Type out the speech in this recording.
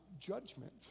judgment